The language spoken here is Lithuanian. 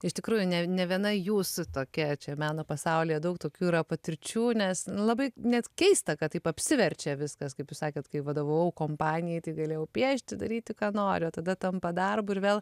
iš tikrųjų ne ne viena jūs tokia čia meno pasaulyje daug tokių yra patirčių nes nu labai net keista kad taip apsiverčia viskas kaip jūs sakėt kai vadovavau kompanijai tai galėjau piešti daryti ką noriu o tada tampa darbu ir vėl